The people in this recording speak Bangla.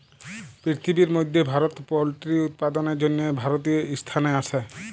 পিরথিবির ম্যধে ভারত পোলটিরি উৎপাদনের জ্যনহে তীরতীয় ইসথানে আসে